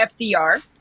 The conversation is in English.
FDR